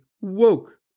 woke